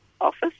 office